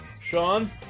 Sean